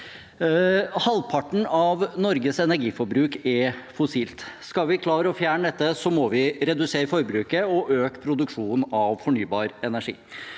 Halvparten av Norges energiforbruk er fossilt. Skal vi klare å fjerne dette, må vi redusere forbruket og øke produksjonen av fornybar energi.